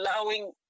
allowing